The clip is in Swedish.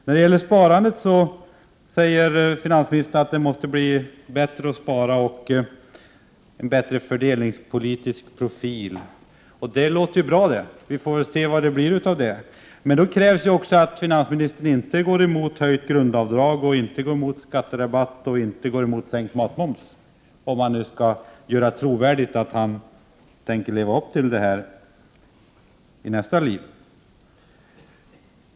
När det gäller sparandet säger finansministern att det måste bli bättre möjligheter att spara och att det behövs en bättre fördelningspolitisk profil. Det låter ju bra. Vi får se vad det blir av detta. Det krävs att finansministern inte går emot förslagen om höjt grundavdrag, skatterabatt och sänkt matmoms, om han skall göra trovärdigt att han tänker leva upp till vad han säger.